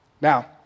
Now